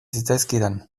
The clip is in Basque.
zitzaizkidan